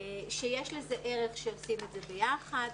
שיש לזה ערך שעושים את זה ביחד,